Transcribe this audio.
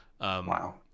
Wow